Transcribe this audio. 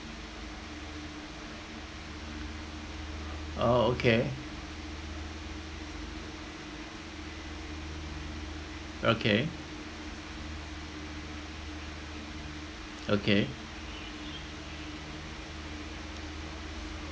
oh okay okay okay